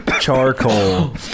Charcoal